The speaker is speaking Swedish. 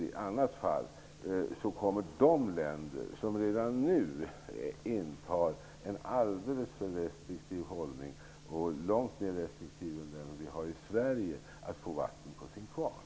I annat fall kommer de länder som redan nu intar en alldeles för restriktiv hållning -- långt mer restriktiv än den som vi har i Sverige -- att få vatten på sin kvarn.